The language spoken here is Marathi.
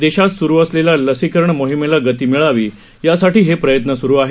देशात सुरू असलेल्या लसीकरण मोहिमेला गती मिळावी यासाठी हे प्रयत्न सुरु आहेत